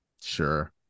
sure